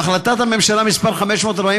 בהחלטת הממשלה מס' 542,